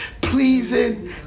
Pleasing